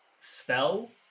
spell